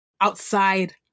outside